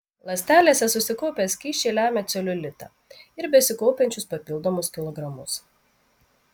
ląstelėse susikaupę skysčiai lemia celiulitą ir besikaupiančius papildomus kilogramus